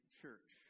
church